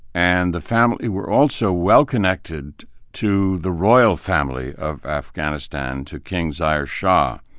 and the family were also well-connected to the royal family of afghanistan, to king zahir shah.